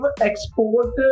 export